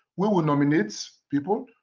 we will nominate people,